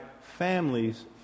families